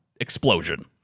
explosion